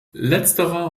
letzterer